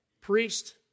priest